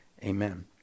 amen